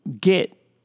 get